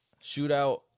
Shootout